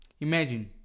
Imagine